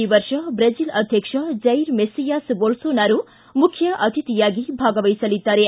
ಈ ವರ್ಷ ದ್ರೆಜಿಲ್ ಅಧ್ಯಕ್ಷ ಜೈರ್ ಮೆಸ್ಲಿಯಾಸ್ ಬೋಲ್ಲೋನಾರೊ ಮುಖ್ಯ ಅತಿಥಿಯಾಗಿ ಭಾಗವಹಿಸಲಿದ್ದಾರೆ